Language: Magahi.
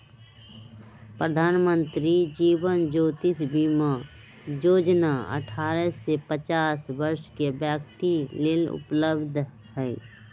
प्रधानमंत्री जीवन ज्योति बीमा जोजना अठारह से पचास वरस के व्यक्तिय लेल उपलब्ध हई